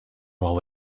while